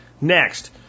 Next